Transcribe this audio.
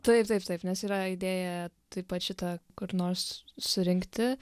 taip taip taip nes yra idėja taip pat šitą kur nors surinkti